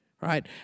right